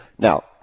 Now